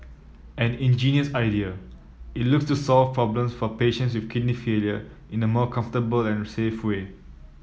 an ingenious idea it looks to solve problems for patients with kidney failure in a more comfortable and safe way